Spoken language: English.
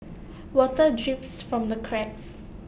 water drips from the cracks